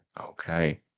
Okay